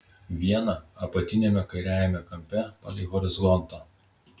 viena apatiniame kairiajame kampe palei horizontą